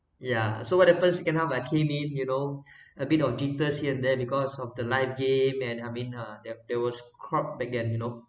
yeah so what happens second half like came in a bit of jitters here and there because of the night game and I mean uh there there was crowd back then you know